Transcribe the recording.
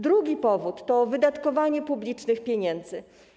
Drugi powód to wydatkowanie publicznych pieniędzy.